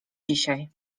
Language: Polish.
dzisiaj